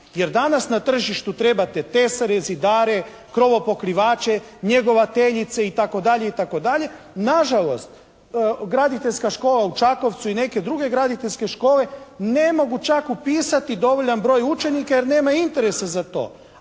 jer danas na tržištu trebate tesare, zidare, krovopokrivače, njegovateljice itd. Nažalost, Graditeljska škola u Čakovcu i neke druge graditeljske škole ne mogu čak upisati dovoljan broj učenika jer nemaju interesa za to.